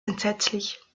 entsetzlich